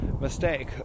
mistake